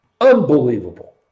Unbelievable